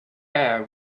air